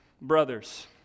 brothers